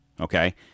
Okay